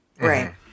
Right